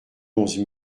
onze